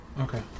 Okay